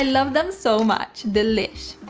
and love them so much delish!